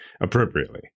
appropriately